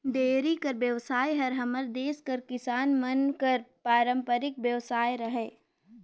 dairy कर बेवसाय हर हमर देस कर किसान मन कर पारंपरिक बेवसाय हरय